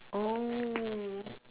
oh